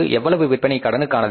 எவ்வளவு விற்பனை கடனுக்கானது